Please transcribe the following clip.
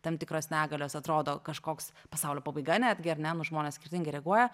tam tikros negalios atrodo kažkoks pasaulio pabaiga netgi ar ne nu žmonės skirtingai reaguoja